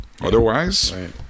Otherwise